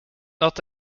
not